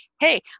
Hey